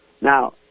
Now